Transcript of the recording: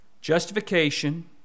justification